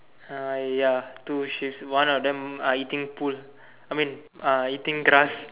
uh ya two sheeps one of them are eating புல்:pul I mean uh eating grass